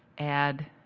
add